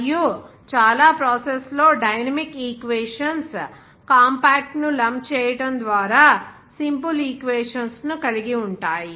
మరియు చాలా ప్రాసెస్ లో డైనమిక్ ఈక్వేషన్స్ కాంపాక్ట్ ను లంప్ చేయడం ద్వారా సింపుల్ ఈక్వేషన్స్ ను కలిగి ఉంటాయి